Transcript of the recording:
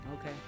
Okay